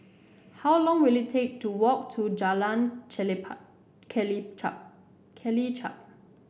how long will it take to walk to Jalan Kelichap